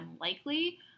unlikely